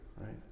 right